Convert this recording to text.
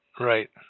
Right